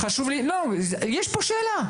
לא, יש פה שאלה.